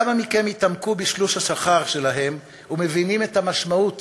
כמה מכם התעמקו בתלוש השכר שלכם ומבינים את המשמעות